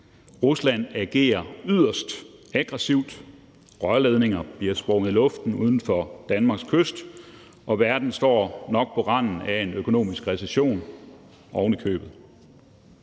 Rusland agerer yderst aggressivt. Rørledninger bliver sprunget i luften ud for Danmarks kyst. Og verden står ovenikøbet nok på randen af en økonomisk recession.